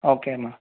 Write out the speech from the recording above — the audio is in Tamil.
ஓகேம்மா